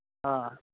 ꯑꯥ